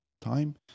time